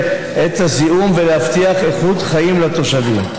את הזיהום ולהבטיח איכות חיים לתושבים.